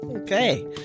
Okay